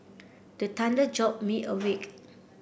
the thunder jolt me awake